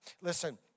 Listen